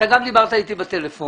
אתה גם דיברת אתי בטלפון.